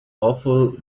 awful